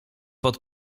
pod